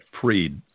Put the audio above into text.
free